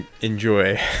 Enjoy